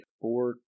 four